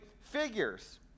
figures